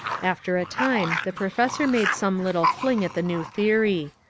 after a time the professor made some little fling at the new theory.